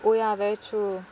oh ya very true